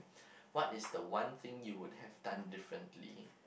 what is the one thing you would have done differently